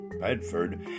Bedford